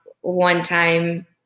one-time